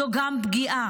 זו גם פגיעה.